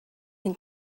can